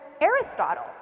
Aristotle